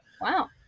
wow